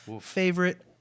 favorite